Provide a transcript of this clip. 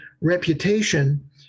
reputation